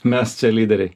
mes čia lyderiai